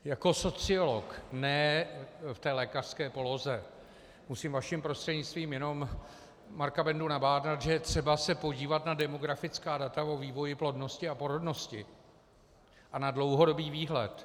Jako sociolog, ne v té lékařské poloze, musím vaším prostřednictvím jenom Marka Bendu nabádat, že je třeba se podívat na demografická data o vývoji plodnosti a porodnosti a na dlouhodobý výhled.